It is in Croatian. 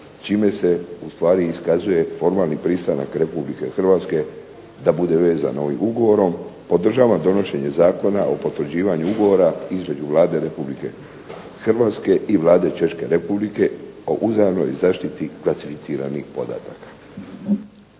čime se u stvari iskazuje formalni pristanak Republike Hrvatske da bude vezano ovim ugovorom podržavam donošenje Zakona o potvrđivanju ugovora između Vlade Republike Hrvatske i Vlade Češke Republike o uzajamnoj zaštiti klasificiranih podataka.